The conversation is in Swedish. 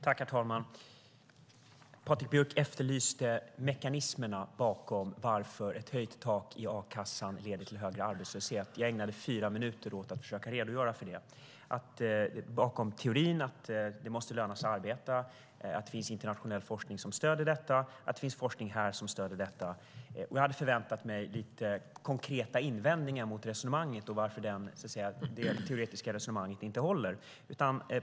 Herr talman! Patrik Björck efterlyste mekanismerna bakom teorin att ett höjt tak i a-kassan leder till högre arbetslöshet. Jag ägnade fyra minuter åt att försöka redogöra för det. Det måste löna sig att arbeta. Det finns internationell forskning som stöder detta, och det finns forskning här som stöder det. Jag hade förväntat mig lite konkreta invändningar mot resonemanget och varför det teoretiska resonemanget inte håller.